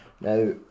Now